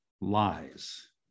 lies